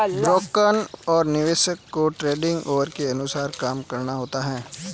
broker और निवेशक को ट्रेडिंग ऑवर के अनुसार काम करना होता है